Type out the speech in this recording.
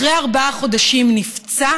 אחרי ארבעה חודשים הוא נפצע